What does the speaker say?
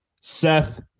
Seth